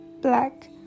black